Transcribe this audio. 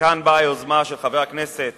מכאן באה היוזמה של חבר הכנסת